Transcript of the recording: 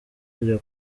kujya